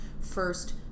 first